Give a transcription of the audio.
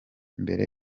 mbere